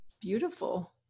Beautiful